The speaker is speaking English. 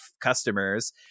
customers